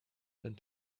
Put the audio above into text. and